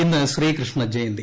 ഇന്ന് ശ്രീകൃഷ്ണ ജയന്തി